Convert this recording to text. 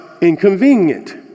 inconvenient